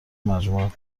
مجموعه